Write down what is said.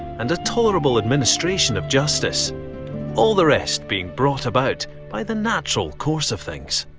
and a tolerable administration of justice all the rest being brought about by the natural course of things.